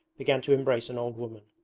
began to embrace an old woman.